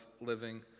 living